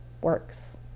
works